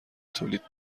تولید